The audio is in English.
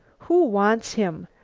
who wants him?